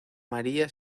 maría